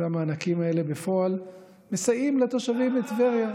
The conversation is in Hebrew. והמענקים האלה בפועל מסייעים לתושבים בטבריה.